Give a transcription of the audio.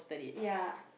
ya